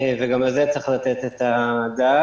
וגם לזה צריך לתת את הדעת.